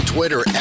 Twitter